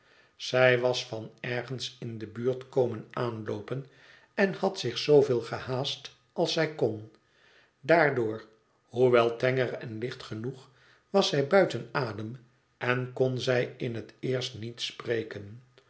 zij was van ergens in de buurt komen aanloopen en had zich zooveel gehaast als zij kon daardoor hoewel tenger en licht genoeg was zij buiten adem en kon zij in het eerst niet spreken